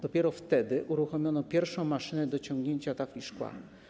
Dopiero wtedy uruchomiono pierwszą maszynę do ciągnięcia tafli szkła.